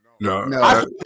No